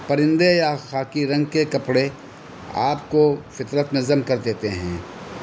پرندے یا خاکی رنگ کے کپڑے آپ کو فطرت میں ضم کر دیتے ہیں